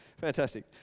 Fantastic